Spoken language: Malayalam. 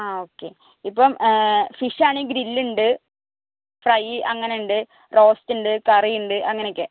ആ ഓക്കേ ഇപ്പം ഫിഷ് ആണേൽ ഗ്രില്ലുണ്ട് ഫ്രൈ അങ്ങനെയുണ്ട് റോസ്റ്റുണ്ട് കറിയുണ്ട് അങ്ങനെയൊക്കെ